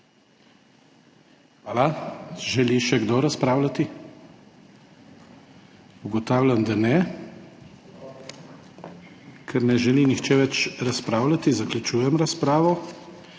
Hvala. Želi še kdo razpravljati? Ugotavljam, da ne. Ker ne želi nihče več razpravljati, zaključujem razpravo.